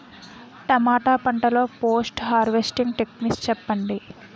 టమాటా పంట లొ post harvesting techniques చెప్పండి?